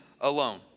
alone